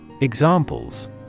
Examples